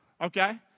Okay